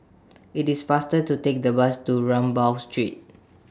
IT IS faster to Take The Bus to Rambau Street